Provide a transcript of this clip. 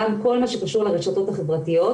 גם כל מה שקשור לרשתות החברתיות.